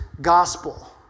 gospel